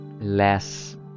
less